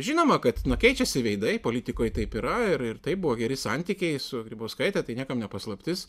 žinoma kad na keičiasi veidai politikoj taip yra ir taip buvo geri santykiai su grybauskaite tai niekam ne paslaptis